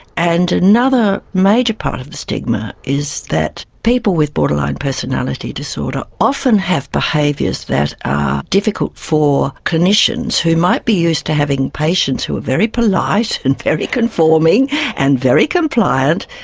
and another major part of the stigma is that people with borderline personality disorder often have behaviours that are difficult for clinicians who might be used to having patients who are very polite and very conforming and very compliant.